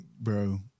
bro